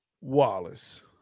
Wallace